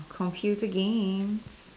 computer games